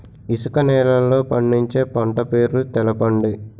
ఇసుక నేలల్లో పండించే పంట పేర్లు తెలపండి?